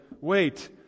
Wait